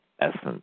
essence